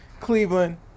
Cleveland